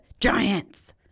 Giants